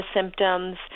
symptoms